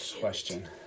question